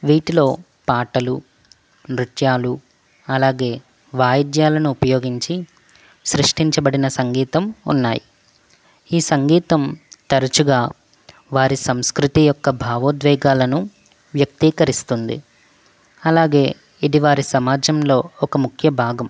వీటిలో పాటలు నృత్యాలు అలాగే వాయిద్యాలను ఉపయోగించి సృష్టించబడిన సంగీతం ఉన్నాయి ఈ సంగీతం తరచుగా వారి సంస్కృతి యొక్క భావోద్వేగాలను వ్యక్తీకరిస్తుంది అలాగే ఇది వారి సమాజంలో ఒక ముఖ్య భాగం